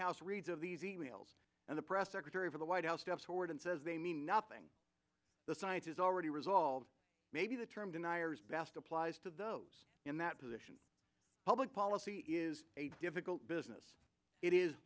house reads of these emails and the press secretary for the white house steps forward and says they mean nothing the science is already resolved maybe the term deniers best applies to those in that position public policy is a difficult business it is